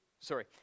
Sorry